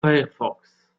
firefox